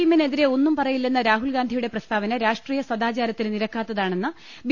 എമ്മിനെതിരെ ഒന്നും പറയില്ലെന്ന രാഹുൽഗാന്ധി യുടെ പ്രസ്താവന രാഷ്ട്രീയ സദാചാരത്തിന് നിരക്കാത്തതാ ണെന്ന് ബി